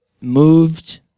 moved